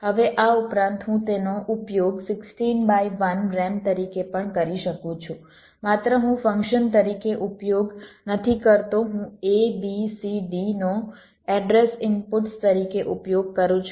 હવે આ ઉપરાંત હું તેનો ઉપયોગ 16 બાય 1 RAM તરીકે પણ કરી શકું છું માત્ર હું ફંક્શન તરીકે ઉપયોગ નથી કરતો હું A B C D નો એડ્રેસ ઇનપુટ્સ તરીકે ઉપયોગ કરું છું